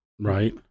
Right